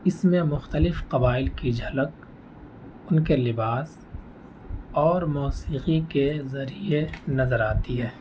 اس میں مختلف قبائل کی جھلک ان کے لباس اور موسیقی کے ذریعے نظر آتی ہے